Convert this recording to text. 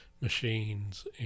machines